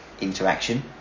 interaction